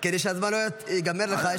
רק כדאי שהזמן לא ייגמר לך.